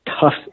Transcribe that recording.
tough